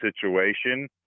situation